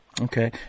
Okay